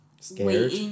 scared